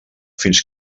fins